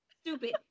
stupid